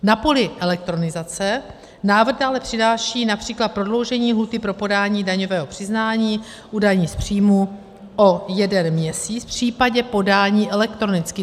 Na poli elektronizace návrh dále přináší například prodloužení lhůty pro podání daňového přiznání u daně z příjmů o jeden měsíc v případě podání elektronicky.